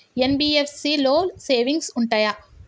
NBFC లో savings ఉంటయా?